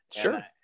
Sure